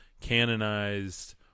canonized